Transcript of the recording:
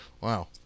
Wow